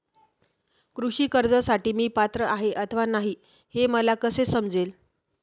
कृषी कर्जासाठी मी पात्र आहे अथवा नाही, हे मला कसे समजेल?